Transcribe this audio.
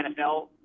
NFL